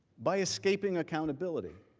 by escaping accountability.